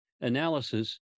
analysis